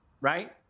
right